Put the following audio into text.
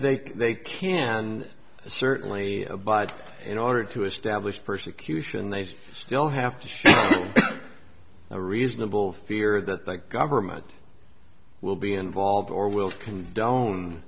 they they can certainly go but in order to establish persecution they still have to show a reasonable fear that the government will be involved or will condo